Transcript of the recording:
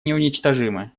неуничтожимы